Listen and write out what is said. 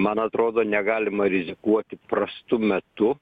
man atrodo negalima rizikuoti prastu metu